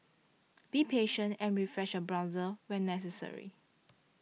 be patient and refresh your browser when necessary